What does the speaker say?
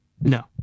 no